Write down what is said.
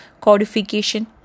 codification